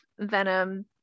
venom